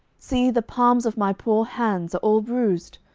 see, the palms of my poor hands are all bruised!